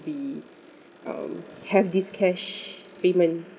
be um have this cash payment